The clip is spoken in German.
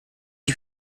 die